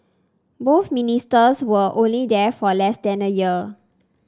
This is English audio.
both ministers were only there for less than a year